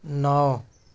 نو